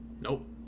Nope